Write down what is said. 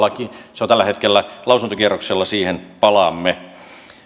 se on tällä hetkellä lausuntokierroksella siihen palaamme